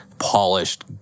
polished